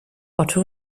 otto